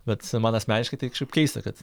bet man asmeniškai tai kažkaip keista kad